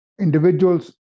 individuals